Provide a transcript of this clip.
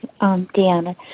Deanna